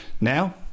Now